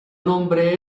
nombre